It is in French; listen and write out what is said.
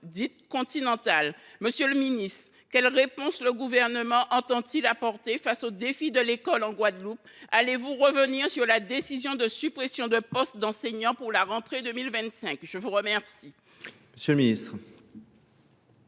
dite continentale. Monsieur le ministre, quelles réponses le Gouvernement entend il apporter aux défis de l’école en Guadeloupe ? Allez vous revenir sur la décision de suppression de postes d’enseignants à la rentrée 2025 ? La parole